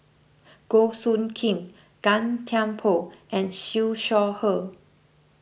Goh Soo Khim Gan Thiam Poh and Siew Shaw Her